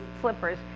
slippers